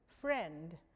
Friend